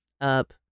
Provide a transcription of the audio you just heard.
up